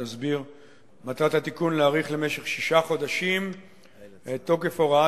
מטרת התיקון להאריך בשישה חודשים את תוקף הוראת